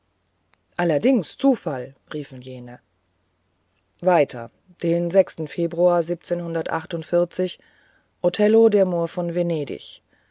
allerdings zufall riefen jene weiter den sechsten februar othello der mohr von venedig